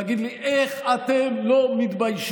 תגיד לי, איך אתם לא מתביישים?